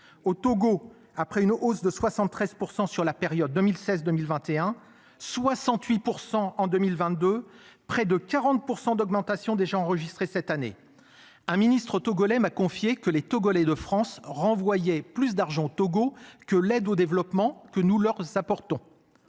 au Togo, après une hausse de 73% sur la période 2016 2021 68 % en 2022 près de 40% d'augmentation déjà enregistré cette année. Un ministre togolais m'a confié que les togolais de France renvoyé plus d'argent Togo que l'aide au développement que nous leurs apportons.